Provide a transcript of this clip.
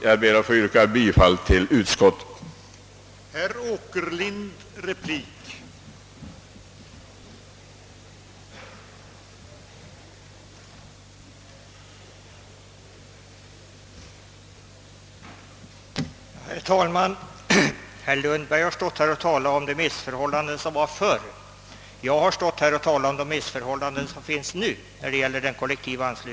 Jag ber att få yrka bifall till utskottets förslag.